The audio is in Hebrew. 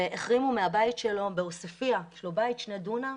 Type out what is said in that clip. והחרימו מהבית שלו בעוספיה, יש לו בית 2 דונם,